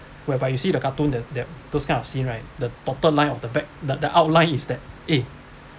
whereby you see the cartoon there's there those kind of scene right the dotted line of the bag the the outlines is that eh